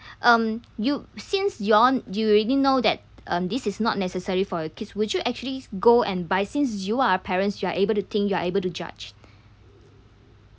um you since you all you already know that um this is not necessary for your kids would you actually go and buy since you are a parents you are able to think you are able to judge